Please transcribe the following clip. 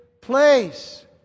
place